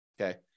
Okay